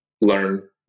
learn